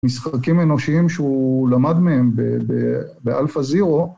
משחקים אנושיים שהוא למד מהם ב... ב... באלפא זירו.